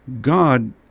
God